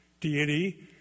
deity